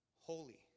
holy